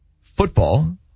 football